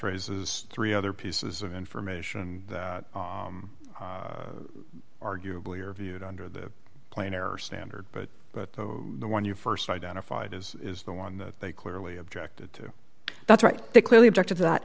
raises three other pieces of information that arguably are viewed under the plane or standard but but the one you st identified is the one that they clearly objected to that's right they clearly object to that